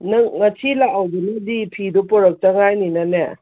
ꯅꯪ ꯉꯁꯤ ꯂꯥꯛꯍꯧꯕꯅꯗꯤ ꯐꯤꯗꯣ ꯄꯨꯔꯛꯇ ꯉꯥꯏꯃꯤꯅꯅꯦ